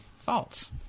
false